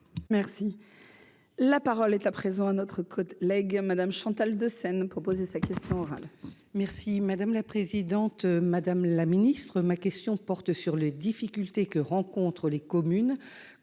Paris. La parole est à présent à notre code madame Chantal de scène proposé ça existe. Merci madame la présidente, madame la ministre ma question porte sur les difficultés que rencontrent les communes